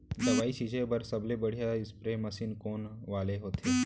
दवई छिंचे बर सबले बढ़िया स्प्रे मशीन कोन वाले होथे?